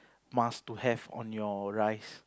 must to have on your rice